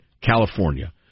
California